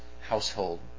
household